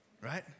right